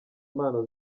impano